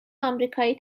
آمریکایی